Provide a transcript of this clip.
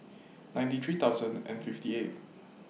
ninety three thousand and fifty eight